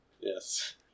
Yes